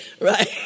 right